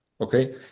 okay